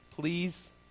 Please